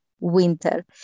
winter